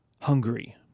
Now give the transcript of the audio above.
Hungary